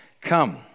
come